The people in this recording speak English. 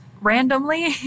randomly